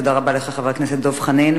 תודה רבה לך, חבר הכנסת דב חנין.